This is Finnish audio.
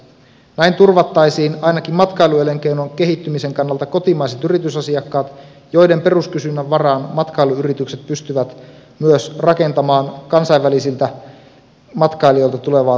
näin turvattaisiin ainakin matkailuelinkeinon kehittymisen kannalta kotimaiset yritysasiakkaat joiden peruskysynnän varaan matkailuyritykset pystyvät rakentamaan myös kansainvälisiltä matkailijoilta tulevaa kasvua